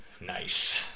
Nice